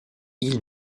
ils